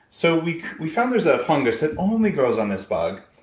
so we we found there's a fungus that only grows on this bug.